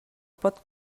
pot